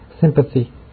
sympathy